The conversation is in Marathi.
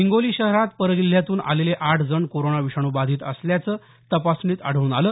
हिंगोली शहरात परजिल्ह्यातून आलेले आठ जण कोरोना विषाणू बाधित असल्याचं तपासणीत आढळून आलं